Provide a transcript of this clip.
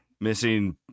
Missing